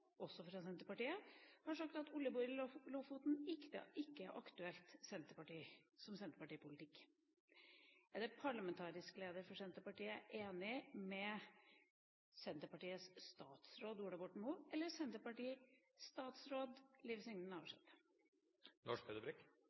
også fra Senterpartiet, har sagt at oljeboring i Lofoten ikke er aktuelt som senterpartipolitikk. Er parlamentarisk leder for Senterpartiet enig med Senterpartiets statsråd Ola Borten Moe, eller med Senterpartiets statsråd Liv Signe